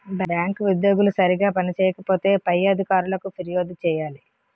bank ఉద్యోగులు సరిగా పని చేయకపోతే పై అధికారులకు ఫిర్యాదు చేయాలి